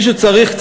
מישהו צריך,